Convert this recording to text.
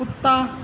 ਕੁੱਤਾ